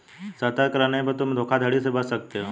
सतर्क रहने पर तुम धोखाधड़ी से बच सकते हो